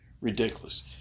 Ridiculous